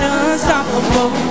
unstoppable